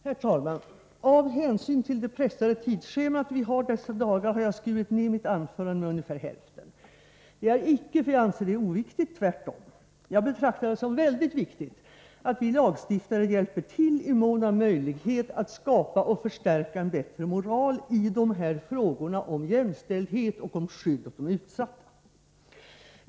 Herr talman! Av hänsyn till det pressade tidsschema som vi har dessa dagar har jag skurit ner mitt anförande med ungefär hälften. Det är icke för att ärendet är oviktigt, tvärtom. Jag betraktar det som mycket viktigt att vi lagstiftar och hjälper till, i mån av möjlighet, att skapa och förstärka en bättre moral i dessa frågor om jämställdhet och om skydd åt de utsatta.